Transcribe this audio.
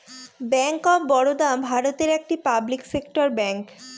bank of Baroda ভারতের একটি public sector bank